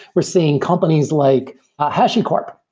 we're seeing companies like hashicorp,